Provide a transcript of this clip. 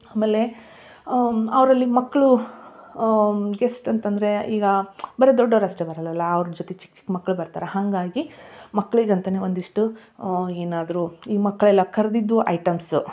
ಆಮೇಲೆ ಅವರಲ್ಲಿ ಮಕ್ಕಳು ಗೆಸ್ಟ್ ಅಂತ ಅಂದ್ರೆ ಈಗ ಬರೀ ದೊಡ್ಡವರು ಅಷ್ಟೇ ಬರೋಲ್ಲ ಅಲ್ಲ ಅವರ ಜೊತೆ ಚಿಕ್ಕ ಚಿಕ್ಕ ಮಕ್ಕಳು ಬರ್ತಾರೆ ಹಾಗಾಗಿ ಮಕ್ಕಳಿಗಂತಲೇ ಒಂದಿಷ್ಟು ಏನಾದರೂ ಈ ಮಕ್ಕಳೆಲ್ಲ ಕರೆದಿದ್ದು ಐಟಮ್ಸು